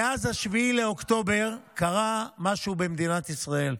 מאז 7 באוקטובר קרה משהו במדינת ישראל.